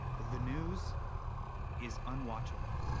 the news is unwatchable.